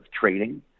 trading